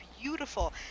beautiful